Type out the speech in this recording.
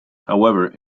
however